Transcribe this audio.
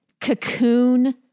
cocoon